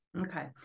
Okay